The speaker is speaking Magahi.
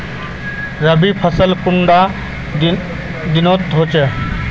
रवि फसल कुंडा दिनोत उगैहे?